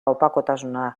opakutasuna